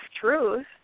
truth